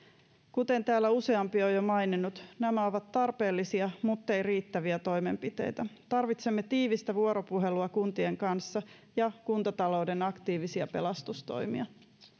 kuten täällä useampi on jo maininnut nämä ovat tarpeellisia mutteivät riittäviä toimenpiteitä tarvitsemme tiivistä vuoropuhelua kuntien kanssa ja kuntatalouden aktiivisia pelastustoimia